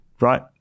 right